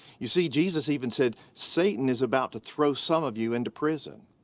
you see, jesus even said satan is about to throw some of you into prison.